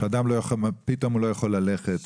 אדם פתאום לא יכול ללכת.